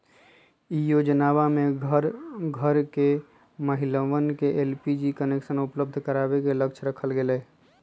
ई योजनमा में घर घर के महिलवन के एलपीजी कनेक्शन उपलब्ध करावे के लक्ष्य रखल गैले